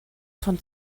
von